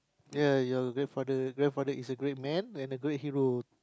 ya you wait for the wait for the is a great man and the grey hero